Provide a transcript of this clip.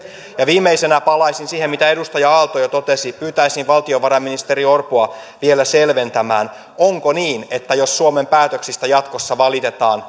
viimeisenä palaisin siihen mitä edustaja aalto jo totesi pyytäisin valtiovarainministeri orpoa vielä selventämään onko niin että jos suomen päätöksistä jatkossa valitetaan